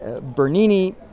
Bernini